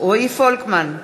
רועי פולקמן,